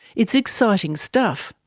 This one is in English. it's exciting stuff,